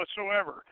whatsoever